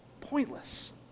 pointless